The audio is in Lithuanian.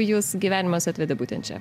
jūs gyvenimas atvedė būtent čia